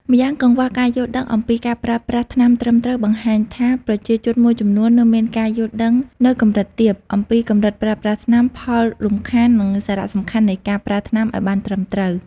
ម្យ៉ាងកង្វះការយល់ដឹងអំពីការប្រើប្រាស់ថ្នាំត្រឹមត្រូវ បង្ហាញថាប្រជាជនមួយចំនួននៅមានការយល់ដឹងនៅកម្រិតទាបអំពីកម្រិតប្រើប្រាស់ថ្នាំ ផលរំខាន និងសារៈសំខាន់នៃការប្រើថ្នាំឱ្យបានត្រឹមត្រូវ ។